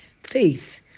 faith